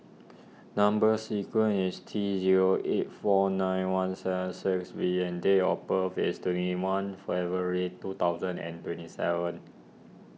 Number Sequence is T zero eight four nine one seven six V and date of birth is twenty one February two thousand and twenty seven